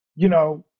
you know,